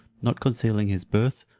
not concealing his birth,